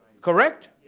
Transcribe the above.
Correct